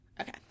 Okay